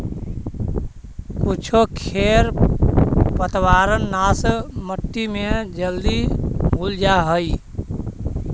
कुछो खेर पतवारनाश मट्टी में जल्दी घुल जा हई